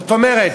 זאת אומרת,